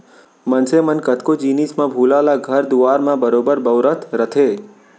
मनसे मन कतको जिनिस म भूसा ल घर दुआर म बरोबर बउरत रथें